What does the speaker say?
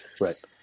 Right